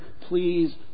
please